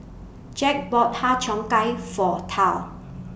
Jack bought Har Cheong Gai For Tal